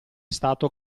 stato